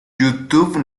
youtube